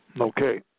Okay